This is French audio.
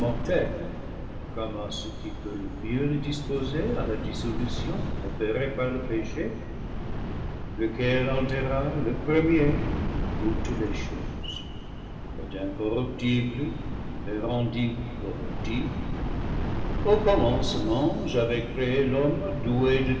mortelle comme à ce qui peut le mieux le disposer à la dissolution opérée par le péché lequel altéra le premier toutes les choses et d'incor ruptibles les rendit corruptibles au commencement j'avais créé l'homme doué